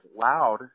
loud